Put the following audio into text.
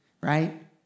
right